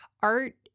art